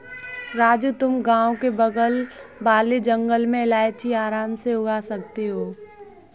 राजू तुम गांव के बगल वाले जंगल में इलायची आराम से उगा सकते हो